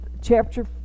chapter